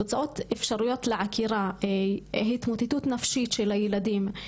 התוצאות האפשריות לעקירה הן: התמוטטות נפשית של הילדים,